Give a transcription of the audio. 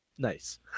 nice